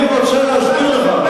אני רוצה להזכיר לך.